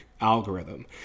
algorithm